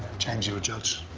james, you're a judge.